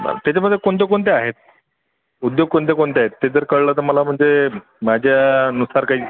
त्याच्यामध्ये कोणते कोणते आहेत उद्योग कोणते कोणते आहेत ते जर कळलं तर मला म्हणजे माझ्यानुसार काही